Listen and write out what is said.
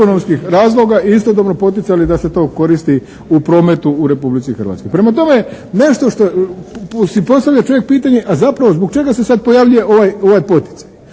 ekonomskih razloga i istodobno poticali da se to koristi u prometu u Republici Hrvatskoj. Prema tome, nešto što si postavlja čovjek pitanje, a zapravo zbog čega se sad pojavljuje ovaj poticaj?